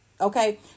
Okay